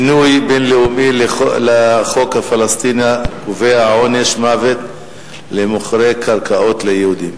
גינוי בין-לאומי לחוק הפלסטיני הקובע עונש מוות למוכרי קרקעות ליהודים.